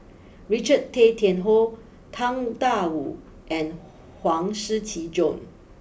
Richard Tay Tian Hoe Tang Da Wu and Huang Shiqi Joan